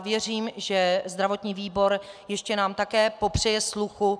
Věřím, že zdravotní výbor nám ještě také popřeje sluchu.